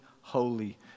holy